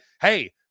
hey